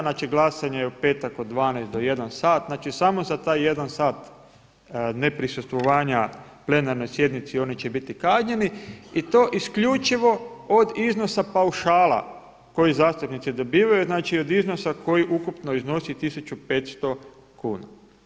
Znači glasanje je u petak od 12 do 13,00 sati, znači samo za taj jedan sat ne prisustvovanja plenarnoj sjednici oni će biti kažnjeni i to isključivo od iznosa paušala koji zastupnici dobivaju znači od iznosa koji ukupno iznosi 1.500 kuna.